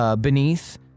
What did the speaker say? beneath